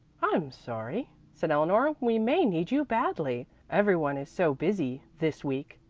i'm sorry, said eleanor. we may need you badly every one is so busy this week.